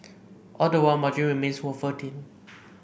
all the while margin remains wafer thin